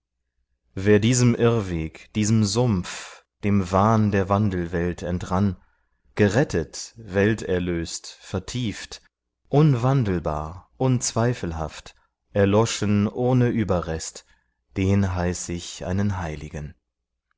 wer diesem irrweg diesem sumpf dem wahn der wandelwelt entrann gerettet welterlöst vertieft unwandelbar unzweifelhaft erloschen ohne überrest den heiß ich einen heiligen